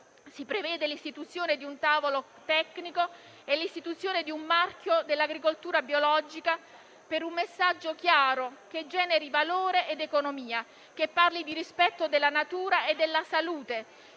si prevede l'istituzione di un tavolo tecnico e l'istituzione di un marchio dell'agricoltura biologica, per un messaggio chiaro, che generi valore ed economia, che parli di rispetto della natura e della salute,